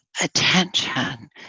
attention